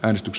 äänestys